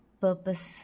purpose